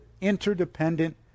interdependent